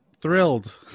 thrilled